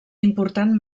important